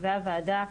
והוועדה,